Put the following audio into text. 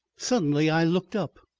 suddenly i looked up.